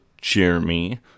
Jeremy